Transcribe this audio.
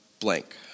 blank